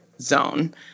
zone